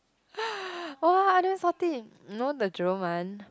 !wah! you know the Jerome one